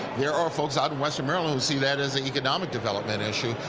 there are folks out in western maryland who see that has an economic development issue,